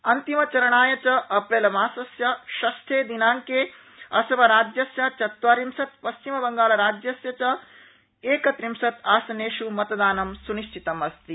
अन्तिमचरणाय अप्रस्त्रिमासस्य षष्ठे दिनांके असमराज्यस्य चत्वारिंशत् पश्चिमबंगालस्य च एकत्रिंशत् आसनेष् मतदान स्निश्चितम् अस्ति